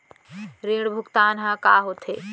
ऋण भुगतान ह का होथे?